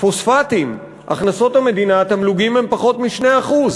פוספטים, הכנסות המדינה, התמלוגים הם פחות מ-2%.